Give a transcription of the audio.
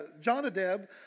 Jonadab